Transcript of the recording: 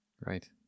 Right